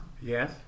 yes